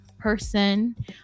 Person